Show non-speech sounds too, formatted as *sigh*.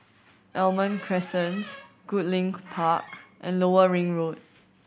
*noise* Almond Crescent Goodlink *noise* Park and Lower Ring Road